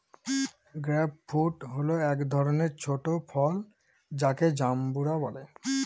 grape fruit হল এক ধরনের ছোট ফল যাকে জাম্বুরা বলে